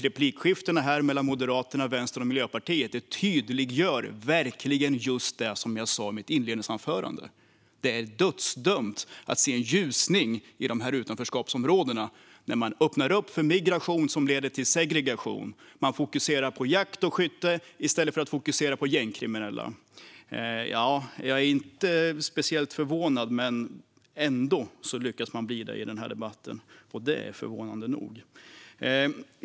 Replikskiftena här mellan Moderaterna, Vänstern och Miljöpartiet tydliggör verkligen just det som jag sa i mitt inledningsanförande, nämligen att det är dödsdömt att se en ljusning i dessa utanförskapsområden när man öppnar upp för migration som leder till segregation. Man fokuserar på jakt och skytte i stället för att fokusera på gängkriminella. Jag är inte speciellt förvånad, men ändå lyckas jag bli det i denna debatt. Det är förvånande nog.